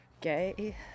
gay